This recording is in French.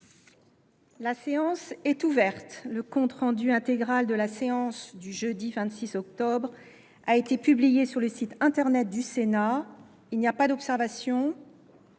La séance est ouverte. Le compte rendu intégral de la séance du jeudi 26 octobre 2023 a été publié sur le site internet du Sénat. Il n’y a pas d’observation ?…